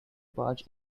barge